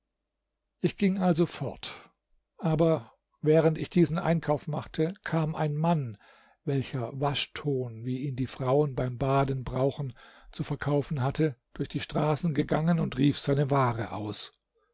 ich ging also fort aber während ich diesen einkauf machte kam ein mann welcher waschton wie ihn die frauen beim baden brauchen zu verkaufen hatte durch die straße gegangen und rief seine ware aus